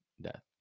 death